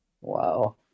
Wow